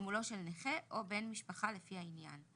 מתגמולו של נכה או בן המשפחה לפי העניין.